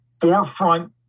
forefront